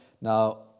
Now